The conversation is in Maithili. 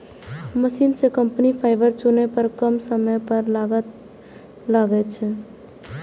मशीन सं कपास फाइबर चुनै पर कम समय आ लागत लागै छै